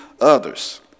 others